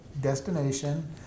destination